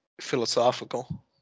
philosophical